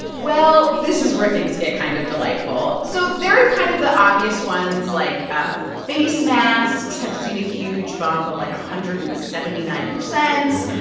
well, this is where things get kind of delightful. so there are kind of the obvious ones. like, ah face masks have seen a huge bump of like one hundred and seventy nine percent.